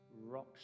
rock